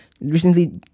recently